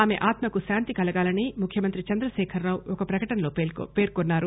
ఆమె ఆత్మకు శాంతి కలగాలని ముఖ్యమంత్రి చంద్రశేఖరరావు ఒక ప్రకటనలో పేర్కొన్సారు